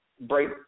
break